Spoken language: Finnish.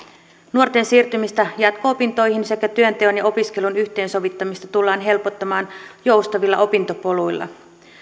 nuorten siirtymistä jatko opintoihin sekä työnteon ja opiskelun yhteensovittamista tullaan helpottamaan joustavilla opintopoluilla